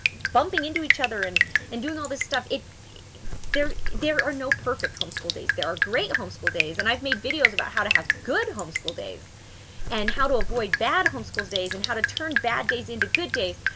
bumping into each other and and doing all this stuff. there there are no perfect homeschool days. there are great homeschool days, and i've made videos about how to have good homeschool days and how to avoid bad homeschools days and how to turn bad days into good days,